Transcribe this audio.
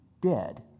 dead